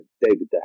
David